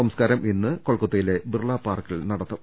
സംസ്കാരം ഇന്ന് കൊൽക്കത്തയിലെ ബിർളാ പാർക്കിൽ നടക്കും